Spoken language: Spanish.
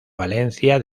valencia